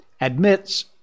admits